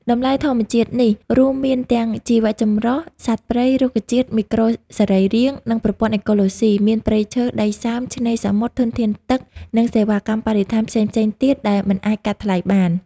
តម្លៃធម្មជាតិនេះ រួមមានទាំងជីវៈចម្រុះ សត្វព្រៃ រុក្ខជាតិ មីក្រូសរីរាង្គ និងប្រព័ន្ធអេកូឡូស៊ីមាន ព្រៃឈើ ដីសើម ឆ្នេរសមុទ្រ ធនធានទឹក និងសេវាកម្មបរិស្ថានផ្សេងៗទៀតដែលមិនអាចកាត់ថ្លៃបាន។